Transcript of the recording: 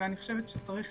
אני חושבת שצריך